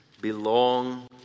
belong